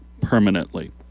permanently